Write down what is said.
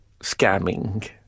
scamming